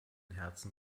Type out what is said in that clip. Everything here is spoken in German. herzen